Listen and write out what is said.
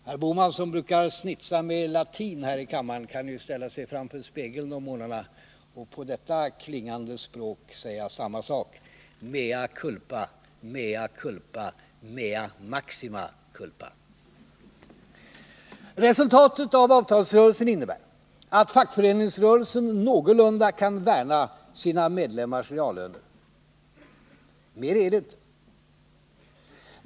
Herr Bohman, som brukar snitsa till det med latin här i kammaren, kan ju ställa sig framför spegeln om morgnarna och på detta klingande språk säga samma sak: mea culpa, mea culpa, mea maxima culpa. Resultatet av avtalsrörelsen innebär att fackföreningsrörelsen någorlunda kan värna sina medlemmars reallöner. Mer är det inte.